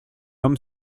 homme